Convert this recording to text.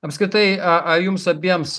apskritai a a jums abiems